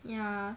ya